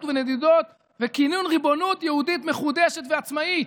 ונדודים וכינון ריבונות יהודית מחודשת ועצמאית.